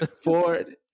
Ford